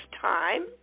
time